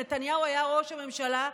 נתניהו היה ראש הממשלה.